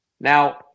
Now